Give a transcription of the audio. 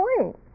point